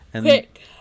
Quick